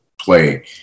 play